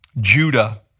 Judah